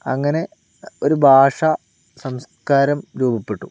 അങ്ങനെ ഒരു ഭാഷാസംസ്കാരം രൂപപ്പെട്ടു